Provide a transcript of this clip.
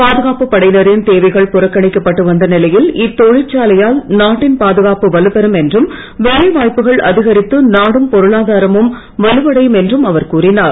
பாதுகாப்புப் படையினரின் தேவைகள் அவர் புறக்கணிக்கப்பட்டு வந்த நிலையில் இத்தொழற்சிசாலையால் நாட்டின் பாதுகாப்பு வலுப்பெறும் என்றும் வேலைவாய்ப்புகள் அதிகரித்து நாடும் பொருளாதாரமும் வலுவடையும் என்றும் அவர் கூறினார்